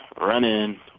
running